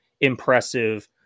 impressive